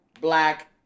black